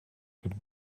could